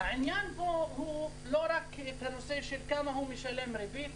העניין פה הוא לא רק הנושא של כמה הוא משלם ריבית,